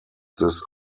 this